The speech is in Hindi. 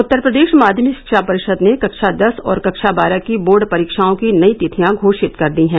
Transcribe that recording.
उत्तर प्रदेश माध्यमिक शिक्षा परिषद् ने कक्षा दस और कक्षा बारह की बोर्ड परीक्षाओं की नई तिथियां घोषित कर दी हैं